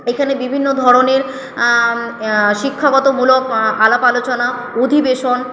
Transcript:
এখানে বিভিন্ন ধরণের শিক্ষাগতমূলক আলাপ আলোচনা অধিবেশন